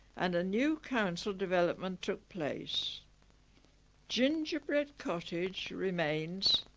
and a new council development took place gingerbread cottage remains